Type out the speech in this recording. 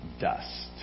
dust